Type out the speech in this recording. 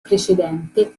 precedente